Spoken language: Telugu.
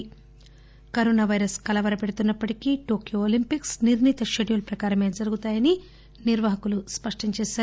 కాగా కరోనా పైరస్ కలవరపెడుతున్న ప్పటికీ టోక్యో ఒలంపిక్స్ నిర్ణీత షెడ్యూల్ ప్రకారమే జరుగుతాయని నిర్వాహకులు స్పష్టం చేసారు